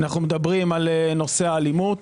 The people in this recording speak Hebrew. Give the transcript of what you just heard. אנו מדברים על נושא האלימות,